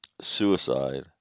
suicide